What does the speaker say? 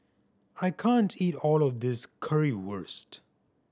I can't eat all of this Currywurst